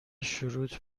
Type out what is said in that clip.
شروط